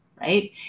right